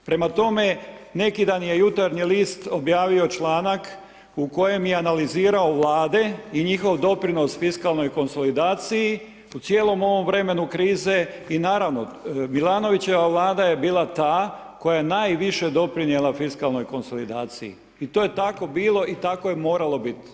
Prema tome, neki dan je Jutarnji list objavio članak u kojem je analizirao Vlade i njihov doprinos fiskalnoj konsolidaciji u cijelom ovom vremenu krize i naravno, Milanovićeva Vlada je bila ta koja je najviše doprinijela fiskalnoj konsolidaciji i to je tako bilo i tako je moralo biti.